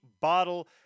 Bottle